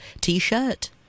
T-shirt